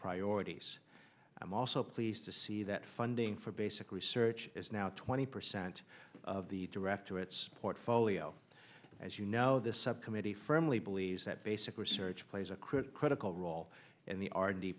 priorities i'm also pleased to see that funding for basic research is now twenty percent of the direct to its portfolio as you know this subcommittee firmly believes that basic research plays a critical critical role in the